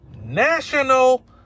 National